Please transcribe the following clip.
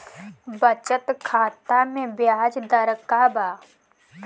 बचत खाता मे ब्याज दर का बा?